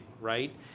right